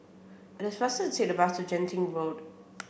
it is faster to take the bus to Genting Road